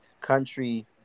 country